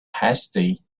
hasty